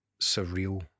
surreal